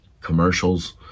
commercials